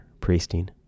priesting